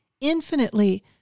infinitely